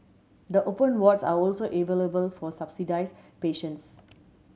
the open wards are also available for subsidised patients